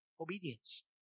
Obedience